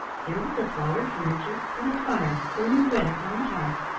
there was the flowered furniture, and the fire burning red upon the hearth.